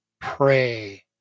pray